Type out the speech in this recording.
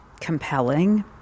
compelling